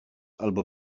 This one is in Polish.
albo